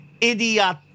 Idiot